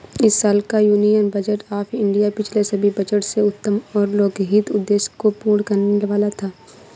इस साल का यूनियन बजट ऑफ़ इंडिया पिछले सभी बजट से उत्तम और लोकहित उद्देश्य को पूर्ण करने वाला था